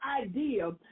idea